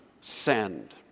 send